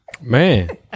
Man